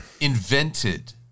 invented